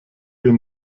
wir